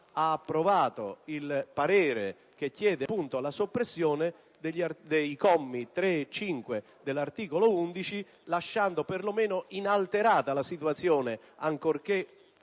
ha approvato un parere che chiede, appunto, la soppressione dei commi 3 e 5 dell'articolo 11, lasciando quanto meno inalterata la situazione attuale,